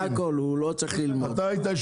מה יש